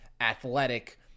athletic